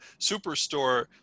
Superstore